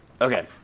Okay